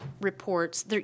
reports